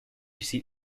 seat